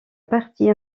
partie